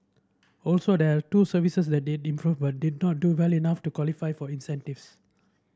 also there are two services that did improve but did not do well enough to qualify for incentives